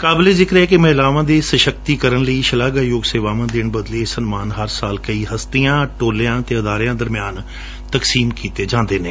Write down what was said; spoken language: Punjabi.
ਕਾਬਲੇ ਜਿਕਰ ਹੈ ਕਿ ਮਹਿਲਾਵਾਂ ਦੇ ਸਸਕਤੀਕਰਣ ਲਈ ਸ਼ਲਾਘਾਯੋਗ ਸੇਵਾਵਾਂ ਦੇਣ ਬਦਲੇ ਇਹ ਸਨਮਾਣ ਹਰ ਸਾਲ ਕਈ ਹਸਤੀਆਂ ਟੇਲਿਆਂ ਅਤੇ ਅਦਾਰਿਆਂ ਦਰਮਿਆਨ ਤਕਸੀਮ ਕੀਤੇ ਜਾਂਦੇ ਨੇ